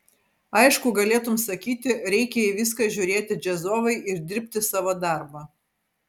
aišku galėtum sakyti reikia į viską žiūrėti džiazovai ir dirbti savo darbą